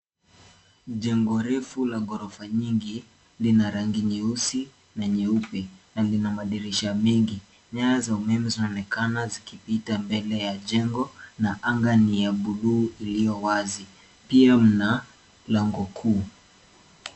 Jengo refu la ghorofa nyingi lina rangi nyeusi na nyeupe na lina madirisha mengi. Nyaya za umeme zinaonekana zikipita mbele ya jengo na anga ni ya bluu iliyo wazi. Pia mna lango kuu.